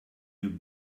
you